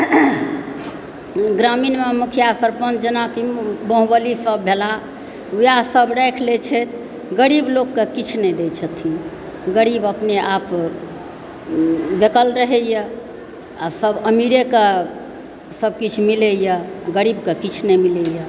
ग्रामीणमे मुखिया सर्पञ्च जेना की बाहुबली सब भेला ओएह सब राखि लै छथि गरीब लोकके किछु नहि दए छथिन गरीब अपने आप बेकल रहैया आ सब अमीरेके सब किछु मिलैया गरीबके किछु नहि मिलैया